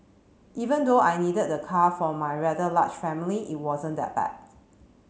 even though I needed the car for my rather large family it wasn't that bad